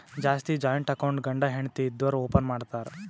ಜಾಸ್ತಿ joint account ಗಂಡ ಹೆಂಡತಿ ಇದ್ದೋರು ಓಪನ್ ಮಾಡ್ತಾರ್